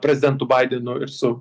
prezidentu baidenu ir su